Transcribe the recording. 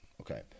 Okay